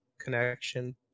connection